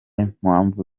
impamvu